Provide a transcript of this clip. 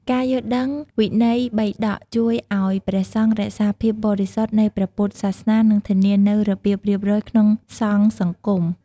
ការយល់ដឹងវិន័យបិដកជួយឱ្យព្រះសង្ឃរក្សាភាពបរិសុទ្ធនៃព្រះពុទ្ធសាសនា និងធានានូវរបៀបរៀបរយក្នុងសង្ឃសង្គម។